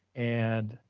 and